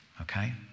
okay